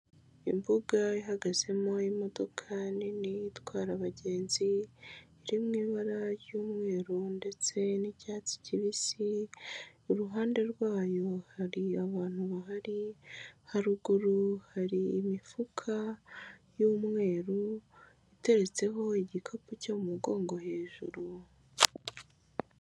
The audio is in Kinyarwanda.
Imbuga ihagazemo imodoka nini itwara abagenzi iri mu ibara ry'umweru ndetse n'icyatsi kibisi, iruhande rwayo hari abantu bahari, haruguru hari imifuka y'umweru iteretseho igikapu cyo mu mugongo hejuru.